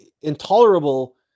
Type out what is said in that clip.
intolerable